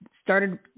started